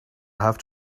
have